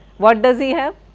what does he have,